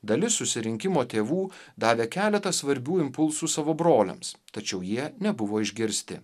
dalis susirinkimo tėvų davė keletą svarbių impulsų savo broliams tačiau jie nebuvo išgirsti